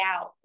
out